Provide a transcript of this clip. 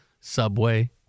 Subway